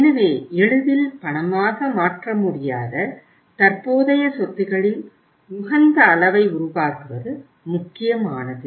எனவே எளிதில் பணமாக மாற்ற முடியாத தற்போதைய சொத்துகளின் உகந்த அளவை உருவாக்குவது முக்கியமானது